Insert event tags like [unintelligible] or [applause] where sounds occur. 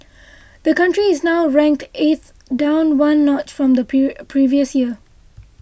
the country is now ranked eighth down one notch from the [unintelligible] previous year